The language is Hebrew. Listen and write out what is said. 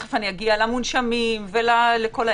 ותכף נגיע למונשמים וכו',